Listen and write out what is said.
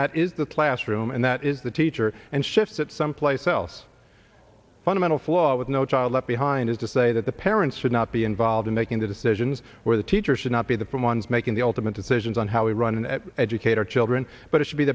that is the classroom and that is the teacher and shift it someplace else fundamental flaw with no child left behind is to say that the parents should not be involved in making the decisions where the teacher should not be the from ones making the ultimate decisions on how we run and educate our children but it should be